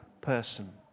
person